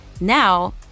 Now